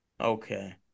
Okay